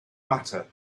matter